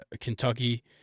Kentucky